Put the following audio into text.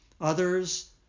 Others